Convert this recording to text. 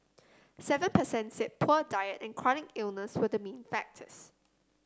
seven percent said poor diet and chronic illness were the main factors